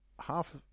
half